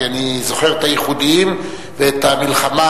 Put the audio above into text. כי אני זוכר את הייחודיים ואת המלחמה